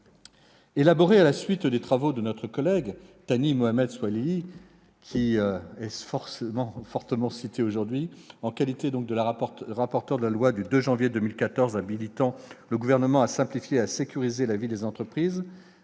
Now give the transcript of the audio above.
Élaborée à la suite des travaux de notre collègue Thani Mohamed Soilihi- de nombreuses fois cité aujourd'hui -en sa qualité de rapporteur de la loi du 2 janvier 2014 habilitant le Gouvernement à simplifier et sécuriser la vie des entreprises,